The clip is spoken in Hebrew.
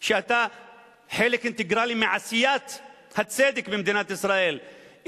ואתה חלק אינטגרלי מעשיית הצדק במדינת ישראל,